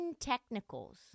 technicals